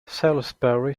salisbury